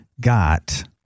got